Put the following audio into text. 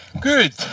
Good